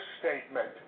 statement